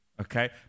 Okay